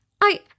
I-